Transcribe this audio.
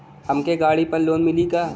हमके गाड़ी पर लोन मिली का?